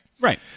Right